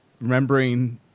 remembering